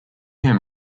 him